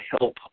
help